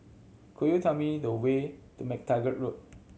could you tell me the way to MacTaggart Road